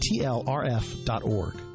tlrf.org